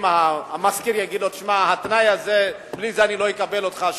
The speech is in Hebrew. אם המשכיר יגיד לו שבלי התנאי הזה הוא לא יקבל אותה,